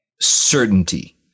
certainty